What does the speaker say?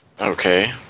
Okay